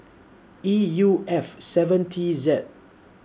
E U F seven T Z